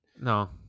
No